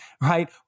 right